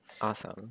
awesome